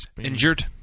Injured